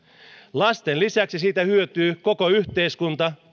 lasten lisäksi siitä hyötyy koko yhteiskunta